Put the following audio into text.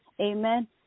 Amen